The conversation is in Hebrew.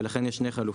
ולכן יש שתי חלופות.